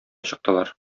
чыктылар